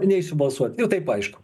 neisiu balsuot ir taip aišku